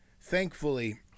Thankfully